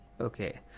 Okay